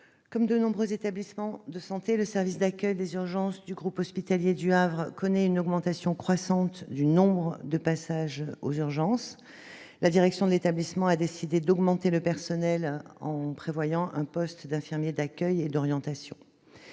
Comme de nombreux établissements de santé, le service d'accueil des urgences du groupe hospitalier du Havre connaît une augmentation croissante du nombre des passages aux urgences. La direction de l'établissement a décidé d'augmenter le personnel, avec un poste d'infirmier d'accueil et d'orientation.